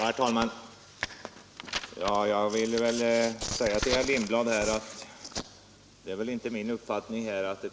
Herr talman! Jag vill säga till herr Lindblad att det är inte min uppfattning att